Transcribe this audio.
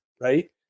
right